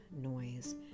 noise